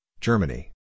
Germany